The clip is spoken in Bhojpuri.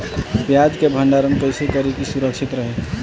प्याज के भंडारण कइसे करी की सुरक्षित रही?